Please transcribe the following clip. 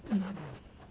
mm